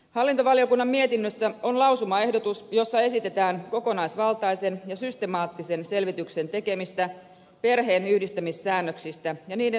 hallintovaliokunnan mietinnössä on lausumaehdotus jossa esitetään kokonaisvaltaisen ja systemaattisen selvityksen tekemistä perheenyhdistämissäännöksistä ja niiden soveltamisesta